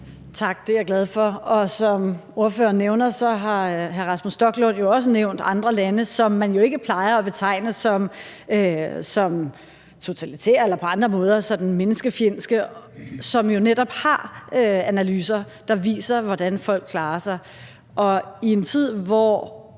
Tak, det er jeg glad for. Og som ordføreren nævner, har hr. Rasmus Stoklund også nævnt andre lande, som man jo ikke plejer at betegne som totalitære eller på andre måder sådan menneskefjendske, og som jo netop har analyser, der viser, hvordan folk klarer sig. I en tid, hvor